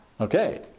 Okay